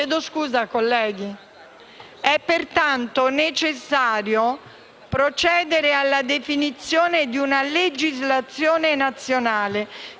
6 marzo 2006. È pertanto necessario procedere alla definizione di una legislazione nazionale,